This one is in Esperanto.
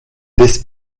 des